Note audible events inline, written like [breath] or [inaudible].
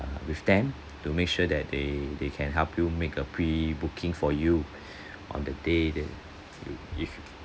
uh with them to make sure that they they can help you make a pre-booking for you [breath] on the day that you